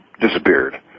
disappeared